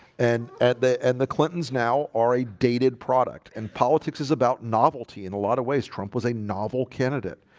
and at the and the clintons now are a dated product and politics is about novelty in a lot of ways trump was a novel candidate.